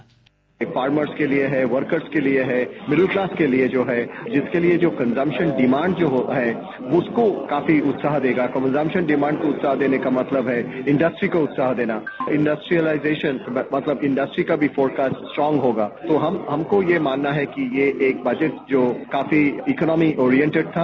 bite ये farmers के लिए है वर्कर्स के लिए है मिडिल क्लास के लिए जो है जिसके लिए कंजमरन डिमांड जो है उसको काफी उत्साह देगा कंजमस्न डिमांड को उत्साह देने का मतलब है इंडस्ट्रीज को उत्साह देना इंडस्ट्रिएलाइजेशन मतलब इंडस्ट्रीज का भी फोरकास्ट स्ट्रांग होगा तो हमको यह मानना है कि ये एक बजट जो काफी इकोनॉमी ओरिएंटेड था